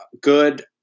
good